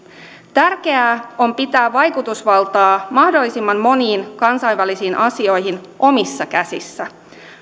tärkeää on pitää vaikutusvaltaa mahdollisimman moniin kansainvälisiin asioihin omissa käsissä